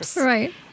right